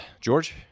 George